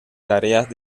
tareas